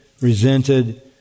resented